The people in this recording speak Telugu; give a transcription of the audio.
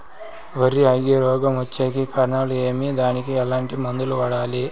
వరి అగ్గి రోగం వచ్చేకి కారణాలు ఏమి దానికి ఎట్లాంటి మందులు వాడాలి?